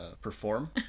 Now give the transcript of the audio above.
perform